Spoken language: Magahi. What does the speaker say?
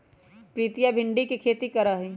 प्रीतिया भिंडी के खेती करा हई